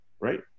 right